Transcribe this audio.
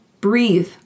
breathe